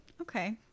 okay